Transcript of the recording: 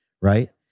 right